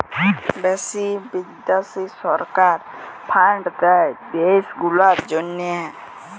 যে বিদ্যাশি সরকার ফাল্ড দেয় দ্যাশ গুলার জ্যনহে